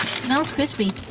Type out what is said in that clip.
smells crispy.